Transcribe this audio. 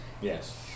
Yes